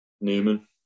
Newman